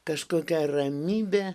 kažkokia ramybė